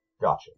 Gotcha